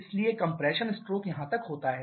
इसलिए compression stroke यहां तक होता है